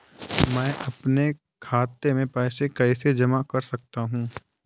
मैं अपने खाते में पैसे कैसे जमा कर सकता हूँ?